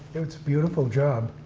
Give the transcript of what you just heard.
it's a beautiful job.